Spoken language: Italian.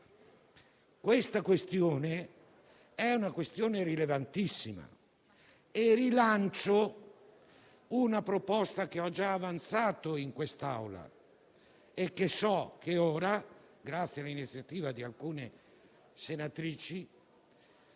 Questa questione è rilevantissima. Rilancio una proposta che ho già avanzato in quest'Assemblea e che ora, grazie all'iniziativa di alcune senatrici,